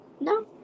No